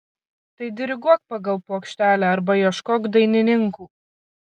tai diriguok pagal plokštelę arba ieškok dainininkų